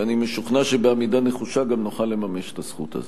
ואני משוכנע שבעמידה נחושה גם נוכל לממש את הזכות הזו.